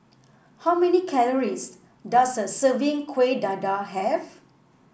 how many calories does a serving Kuih Dadar have